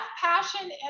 passion